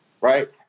right